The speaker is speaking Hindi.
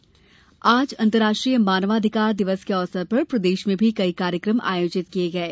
मानवाधिकार आज अंतर्राष्ट्रीय मानवाधिकार दिवस के अवसर पर प्रदेश में भी कई कार्यक्रम आयोजित किये गये